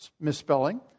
misspelling